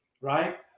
Right